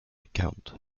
count